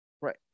Right